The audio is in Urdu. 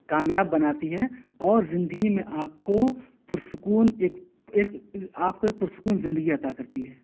کامیاب بناتی ہے اور زندگی میں آپ کو پر سکون ایک ایک آپ کو ایک پر سکون زندگی عطا کرتی ہے